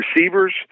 receivers